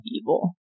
evil